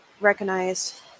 recognized